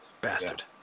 Bastard